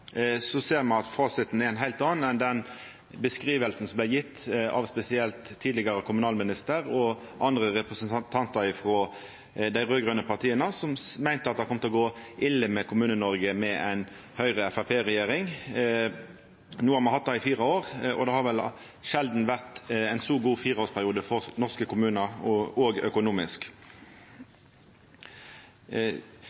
så ser me at fasiten er ein heilt annan enn den beskrivinga som vart gjeven av spesielt tidlegare kommunalminister og andre representantar frå dei raud-grøne partia, som meinte det kom til å gå ille med Kommune-Noreg med ei Høgre–Framstegsparti-regjering. No har me hatt det i fire år, og det har vel sjeldan vore ein så god fireårsperiode for norske kommunar,